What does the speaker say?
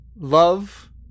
love